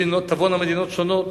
תבואנה מדינות שונות?